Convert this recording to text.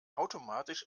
automatisch